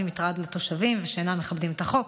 מטרד לתושבים ושאינם מכבדים את החוק.